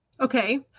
Okay